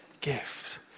gift